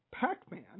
Pac-Man